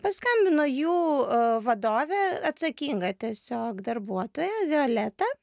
paskambino jų vadovė atsakinga tiesiog darbuotoja violeta